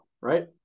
right